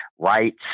rights